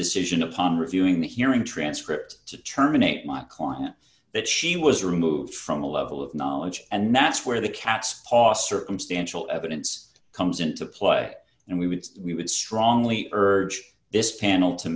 decision upon reviewing the hearing transcripts to terminate my client that she was removed from the level of knowledge and that's where the cat's paw circumstantial evidence comes into play and we would we would strongly urge this pan to